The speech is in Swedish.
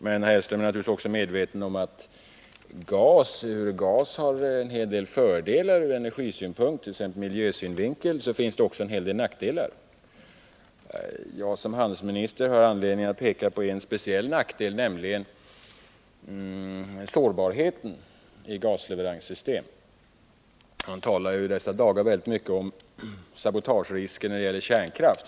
Herr Hellström är naturligtvis medveten om att gas har fördelar från energioch miljösynpunkt men att också en hel del nackdelar är förknippade med gasen. Som handelsminister har jag anledning att peka på en speciell nackdel, nämligen sårbarheten i gasleveranssystem. I dessa dagar talas det mycket om sabotagerisker när det gäller kärnkraft.